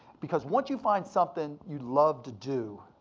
because once you find something you love to do,